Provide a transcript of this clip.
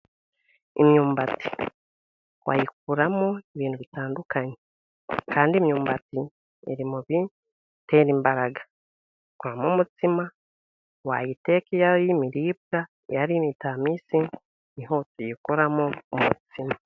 Imyumbati wayikuramo ibintu bitandukanye, kandi imyumbati iri mu bitera imbaraga. Wayikoramo n'umutsima, wayiteka iyo ari imiribwa, iyo ari imitaminsi wayikoramo umutsima.